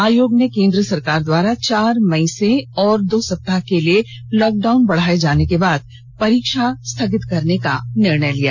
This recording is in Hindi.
आयोग ने केन्द्र सरकार द्वारा चार मई से और दो सप्ताह के लिए लॉक डाउन बढ़ाये जाने के बाद परीक्षा स्थगित करने का निर्णय लिया